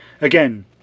again